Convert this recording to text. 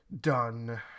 done